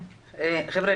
חבר'ה,